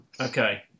Okay